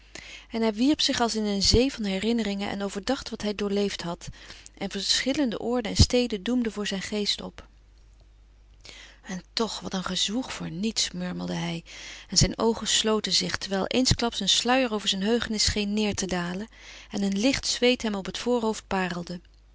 en hij wierp zich als in een zee van herinneringen en overdacht wat hij doorleefd had en verschillende oorden en steden doemden voor zijn geest op en toch wat een gezwoeg voor niets murmelde hij en zijn oogen sloten zich terwijl eensklaps een sluier over zijn heugenis scheen neêr te dalen en een licht zweet hem op het voorhoofd parelde